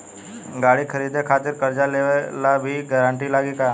गाड़ी खरीदे खातिर कर्जा लेवे ला भी गारंटी लागी का?